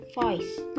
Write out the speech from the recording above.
voice